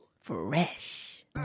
Fresh